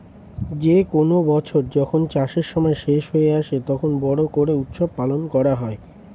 যে কোনো বছর যখন চাষের সময় শেষ হয়ে আসে, তখন বড়ো করে উৎসব পালন করা হয়